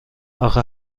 اخه